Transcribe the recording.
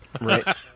Right